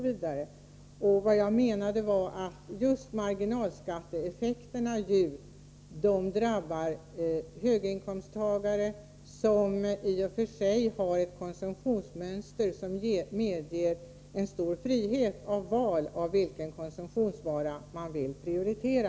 Vad jag menade var att just marginalskatteeffekterna drabbar höginkomsttagare, som har ett konsumtionsmönster som medger en stor frihet i valet av vilken konsumtionsvara som de vill prioritera.